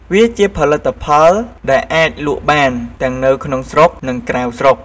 វាជាផលិតផលដែលអាចលក់បាន ទាំងនៅក្នុងស្រុក និងក្រៅស្រុក។